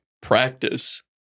practice